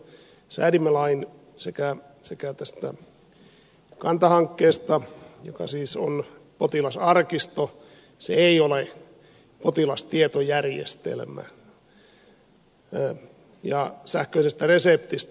säädimme lain sekä tästä kanta hankkeesta joka siis on potilasarkisto se ei ole potilastietojärjestelmä että sähköisestä reseptistä